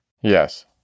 Yes